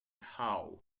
howe